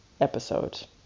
episode